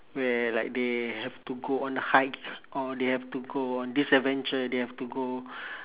where like they have to go on a hike or they have to go on this adventure they have to go